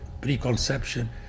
preconception